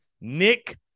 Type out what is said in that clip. Nick